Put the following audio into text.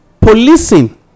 policing